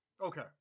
Okay